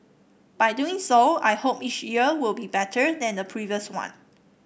by doing so I hope each year will be better than the previous one